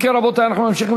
נעבור